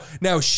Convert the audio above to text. now